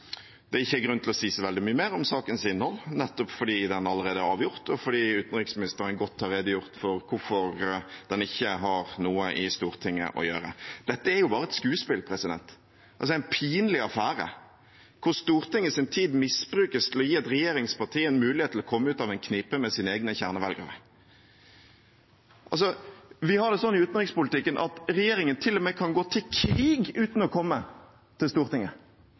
at det ikke er grunn til å si så veldig mye mer om sakens innhold, nettopp fordi den allerede er avgjort, og fordi utenriksministeren godt har redegjort for hvorfor den ikke har noe i Stortinget å gjøre. Dette er jo bare et skuespill – en pinlig affære, hvor Stortingets tid misbrukes til å gi et regjeringsparti en mulighet til å komme ut av en knipe med sine egne kjernevelgere. Vi har det sånn i utenrikspolitikken at regjeringen til og med kan gå til krig uten å komme til Stortinget.